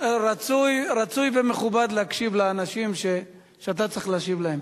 רצוי ומכובד להקשיב לאנשים שאתה צריך להשיב להם.